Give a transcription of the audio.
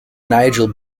nigel